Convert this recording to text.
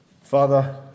Father